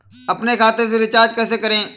अपने खाते से रिचार्ज कैसे करें?